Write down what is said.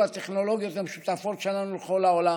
הטכנולוגיות המשותפות שלנו לכל העולם.